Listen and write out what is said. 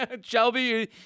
Shelby